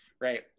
right